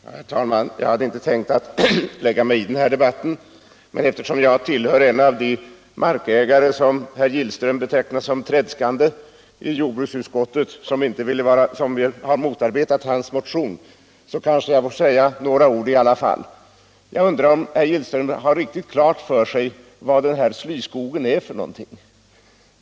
Herr talman! Jag hade inte tänkt lägga mig i den här debatten, men eftersom jag tillhör de markägare i utskottet som herr Gillström betecknade som tredskande och som har motarbetat hans motion kanske jag i alla fall får säga några ord. Jag undrar om herr Gillström har riktigt klart för sig vad slyskogen är för någonting.